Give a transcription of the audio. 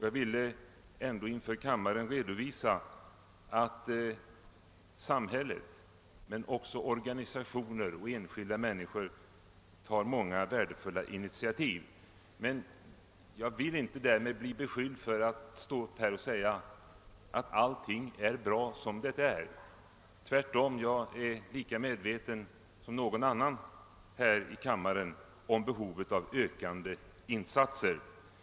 Jag ville inför kammaren redovisa att samhället men också organisationer och enskilda människor tar många värdefulla initiativ, men jag vill inte därför bli beskylld för att ha stått här och sagt att allting är bra som det är. Tvärtom, jag är lika medveten som någon annan här i kammaren om behovet av ökade insatser.